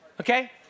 okay